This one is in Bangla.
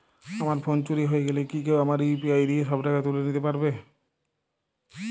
আমার ফোন চুরি হয়ে গেলে কি কেউ আমার ইউ.পি.আই দিয়ে সব টাকা তুলে নিতে পারবে?